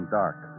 dark